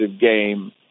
game